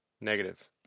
Negative